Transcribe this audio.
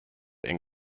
and